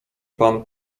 pan